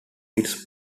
its